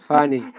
Funny